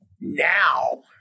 now